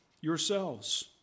yourselves